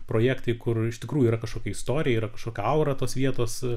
projektai kur iš tikrųjų yra kažkokia istorija yra kažkokia aura tos vietos